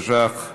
התשע"ח 2017,